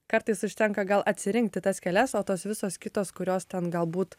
kartais užtenka gal atsirinkti tas kelias o tos visos kitos kurios ten galbūt